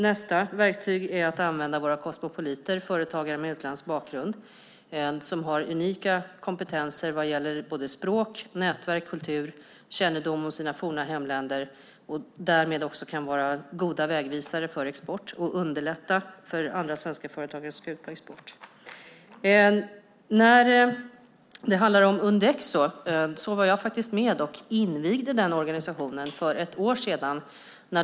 Nästa verktyg är att använda våra kosmopoliter, alltså företagare med utländsk bakgrund, som har unika kompetenser vad gäller både språk, nätverk, kultur och kännedom om sina forna hemländer. Därmed kan de också vara goda vägvisare för export och underlätta för andra svenska företagare som ska ut på export. Jag var med och invigde organisationen Undexo för ett år sedan.